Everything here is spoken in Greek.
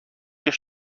και